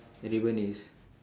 the ribbon is